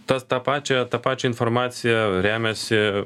tas tą pačia ta pačia informacija remiasi